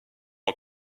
ans